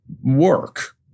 work